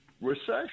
Recession